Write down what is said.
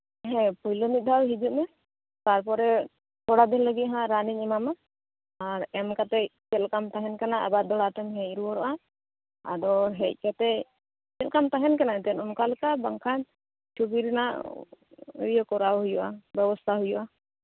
ᱦᱮᱸ ᱯᱳᱭᱞᱳ ᱢᱤᱫᱫᱷᱟᱣ ᱦᱤᱡᱩᱜ ᱢᱮ ᱛᱟᱨᱯᱚᱨᱮ ᱛᱷᱚᱲᱟ ᱫᱤᱱ ᱞᱟᱹᱜᱤᱫ ᱦᱟᱜ ᱨᱟᱱ ᱤᱧ ᱮᱢᱟᱢᱟ ᱟᱨ ᱮᱢ ᱠᱟᱛᱮᱜ ᱪᱮᱫ ᱞᱮᱠᱟᱢ ᱛᱟᱸᱦᱮᱱ ᱠᱟᱱᱟ ᱟᱵᱟᱨ ᱫᱚᱦᱲᱟᱛᱮᱢ ᱦᱮᱡ ᱨᱩᱣᱟᱹᱲᱚᱜᱼᱟ ᱟᱫᱚ ᱦᱮᱡ ᱠᱟᱛᱮᱜ ᱪᱮᱫ ᱞᱮᱠᱟᱢ ᱛᱟᱸᱦᱮᱱ ᱠᱟᱱᱟ ᱟᱨ ᱠᱤ ᱚᱱᱠᱟ ᱞᱮᱠᱟ ᱵᱟᱝᱠᱷᱟᱱ ᱪᱷᱚᱵᱤ ᱨᱮᱭᱟᱜ ᱤᱭᱟᱹ ᱠᱚᱨᱟᱣ ᱦᱩᱭᱩᱜᱼᱟ ᱵᱮᱵᱚᱥᱛᱷᱟ ᱦᱟᱛᱟᱣ ᱦᱩᱭᱩᱜᱼᱟ